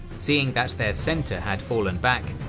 seeing that their center has fallen back,